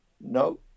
no